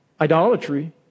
idolatry